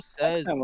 says